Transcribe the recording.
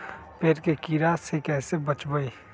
पेड़ के कीड़ा से कैसे बचबई?